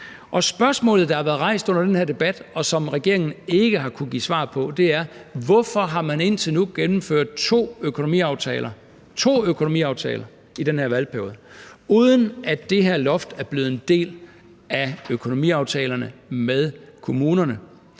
Spørgsmålet, der har været rejst under den her debat, og som regeringen ikke har kunnet give svar på, er: Hvorfor har man indtil nu gennemført to økonomiaftaler – to økonomiaftaler – i den her valgperiode, uden at det her loft er blevet en del af økonomiaftalerne med kommunerne?